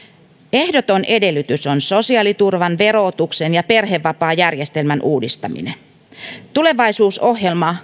ehdoton edellytys on sosiaaliturvan verotuksen ja perhevapaajärjestelmän uudistaminen tulevaisuusohjelma